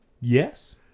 Yes